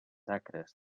acres